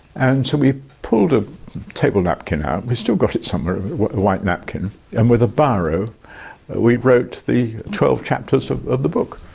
and so we pulled a table napkin out, we have still got it somewhere, a white napkin, and with a biro we wrote the twelve chapters of of the book.